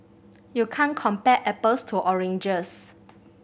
you can't compare apples to oranges